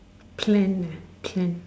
clan ah clan